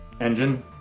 engine